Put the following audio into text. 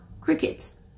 crickets